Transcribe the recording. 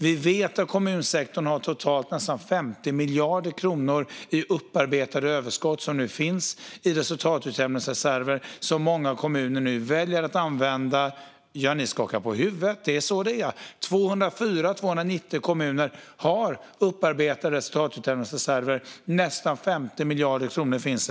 Vi vet att kommunsektorn har nästan 50 miljarder kronor i upparbetade överskott i resultatutjämningsreserver, och många kommuner väljer nu att använda dessa. Ni skakar på huvudet, men det är så det är. Av 290 kommuner har 204 upparbetade resultatutjämningsreserver på totalt nästan 50 miljarder.